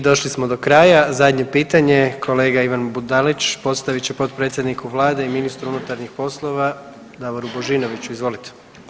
I došli smo do kraja, zadnje pitanje kolega Ivan Budalić postavit će potpredsjedniku vlade i ministru unutarnjih poslova Davoru Božinoviću, izvolite.